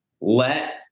let